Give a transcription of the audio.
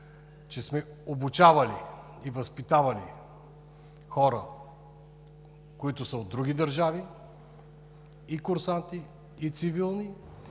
че сме обучавали и възпитавали хора, които са от други държави – и курсанти, и цивилни,